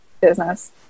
business